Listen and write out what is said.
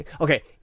Okay